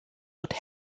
wird